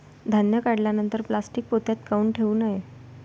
धान्य काढल्यानंतर प्लॅस्टीक पोत्यात काऊन ठेवू नये?